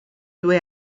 due